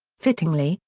fittingly,